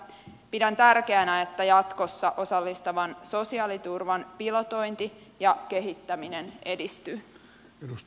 pidän tärkeänä että jatkossa osallistavan sosiaaliturvan pilotointi ja kehittäminen edistyvät